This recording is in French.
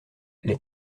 les